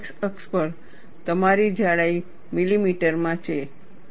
x અક્ષ પર તમારી જાડાઈ મિલીમીટરમાં છે